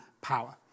power